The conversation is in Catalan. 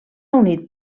unit